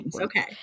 Okay